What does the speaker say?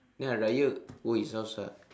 then hari-raya go his house ah